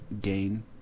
gain